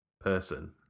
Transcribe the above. person